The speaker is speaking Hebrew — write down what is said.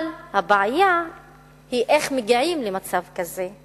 אבל הבעיה היא איך מגיעים למצב כזה.